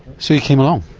so you came along.